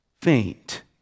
faint